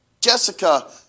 Jessica